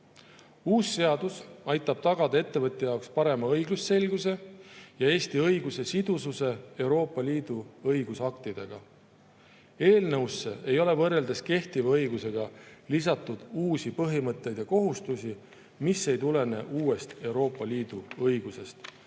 seadus aitab tagada ettevõtja jaoks parema õigusselguse ja Eesti õiguse sidususe Euroopa Liidu õigusaktidega. Eelnõusse ei ole võrreldes kehtiva õigusega lisatud uusi põhimõtteid ega kohustusi, mis ei tulene uuest Euroopa Liidu õigusest.